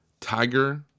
tiger